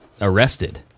arrested